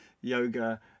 yoga